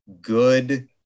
good